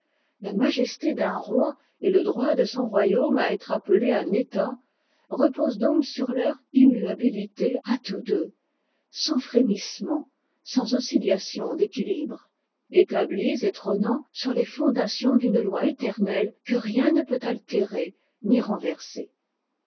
la majesté d'un roi i et le droit de son royaume à être appelé un etat reposent donc sur leur immuabilité à tous deux sans frémissement sans oscillation d'équilibre établis et trônant sur les fondations d'une loi éternelle que rien ne peut altérer ni renverser